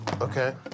okay